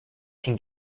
can